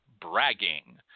bragging